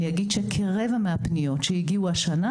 אני אגיד שכרבע מהפניות שהגיעו השנה,